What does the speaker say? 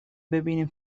ببینیم